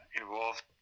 involved